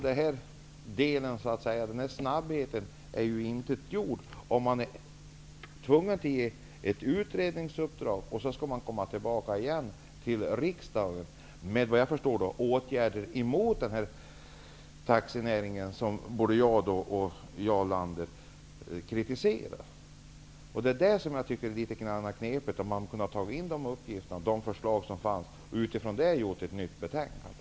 Den här snabbheten är ju tillintetgjord om man är tvungen att ge ett utredningsuppdrag och sedan skall återkomma till riksdagen med, vad jag förstår, förslag om åtgärder mot den här taxinäringen, som både jag och Jarl Lander kritiserar. Jag tycker att det är litet knepigt att man inte kunde ta in de förslag som fanns och utifrån dem gjort ett nytt betänkande.